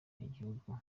igihugu